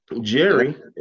Jerry